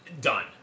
done